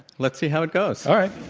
let's see how it goes. all right.